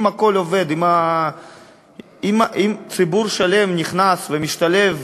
אם הכול עובד, אם ציבור שלם נכנס ומשתלב